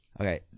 Okay